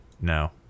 No